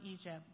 egypt